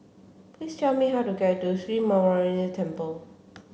please tell me how to get to Sri Muneeswaran Temple